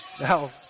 Now